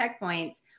checkpoints